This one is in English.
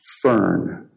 fern